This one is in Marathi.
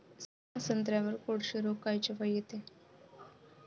संत्र्यावर कोळशी रोग कायच्यापाई येते?